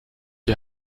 die